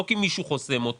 לא כי מישהו חוסם אותם.